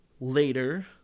later